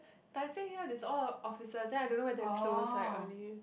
Tai Seng here is all offices then I don't know whether they close very early